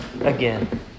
again